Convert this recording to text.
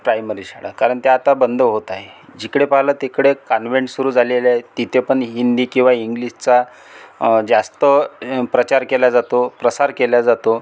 primary शाळा कारण त्या आता बंद होत आहेत जिकडं पाहालं तिकडं कान्वेंट सुरू झालेली आहेत तिथं पण हिंदी किंवा इंग्लिशचा जास्त प्रचार केला जातो प्रसार केला जातो